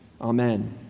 Amen